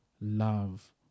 love